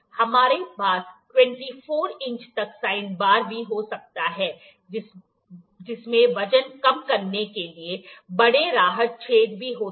हमारे पास 24 इंच तक का साइन बार भी हो सकता है जिसमें वजन कम करने के लिए बड़े राहत छेद भी होते हैं